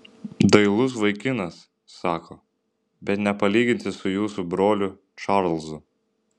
dailus vaikinas sako bet nepalyginsi su jūsų broliu čarlzu